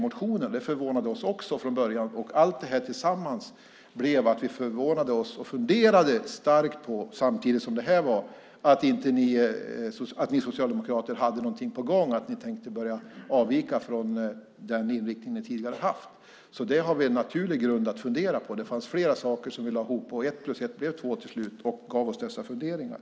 Det förvånade oss också från början. Allt det här tillsammans gjorde att vi förvånades och starkt funderade på om ni socialdemokrater hade någonting på gång och tänkte börja avvika från den inriktning ni tidigare har haft. Det fanns flera saker som vi lade ihop, och ett plus ett blev till slut två och gav oss dessa funderingar.